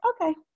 okay